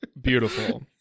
Beautiful